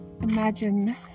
Imagine